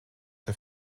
der